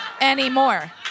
anymore